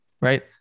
right